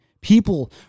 People